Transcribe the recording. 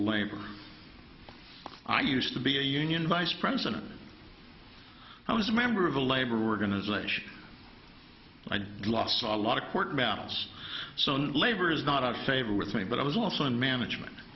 labor i used to be a union vice president i was a member of a labor organization i'd lost a lot of court battles so now labor is not out of favor with me but i was also in management